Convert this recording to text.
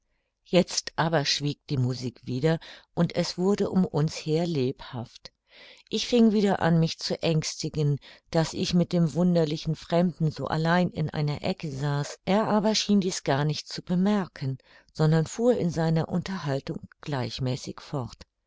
jetzt aber schwieg die musik wieder und es wurde um uns her lebhaft ich fing wieder an mich zu ängstigen daß ich mit dem wunderlichen fremden so allein in einer ecke saß er aber schien dies gar nicht zu bemerken sondern fuhr in seiner unterhaltung gleichmäßig fort